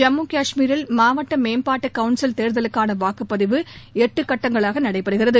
ஜம்மு காஷ்மீரில் மாவட்ட மேம்பாட்டுக் கவுன்சில் தேர்தலுக்கான வாக்குப்பதிவு எட்டு கட்டங்களாக நடைபெறுகிறது